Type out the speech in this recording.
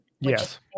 Yes